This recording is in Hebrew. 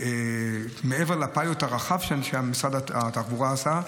מעבר לפיילוט הרחב שאנשי משרד התחבורה עשו,